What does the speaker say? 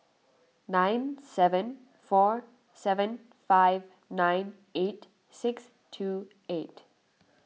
nine seven four seven five nine eight six two eight